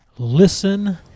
Listen